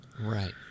Right